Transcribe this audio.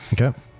Okay